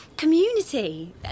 Community